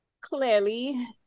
clearly